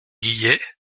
guillet